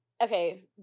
Okay